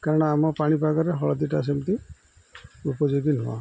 କାରଣ ଆମ ପାଣିପାଗରେ ହଳଦୀଟା ସେମିତି ଉପଯୋଗୀ ନୁହଁ